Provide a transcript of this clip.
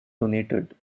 donated